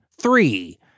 three